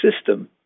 system